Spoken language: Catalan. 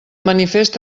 manifest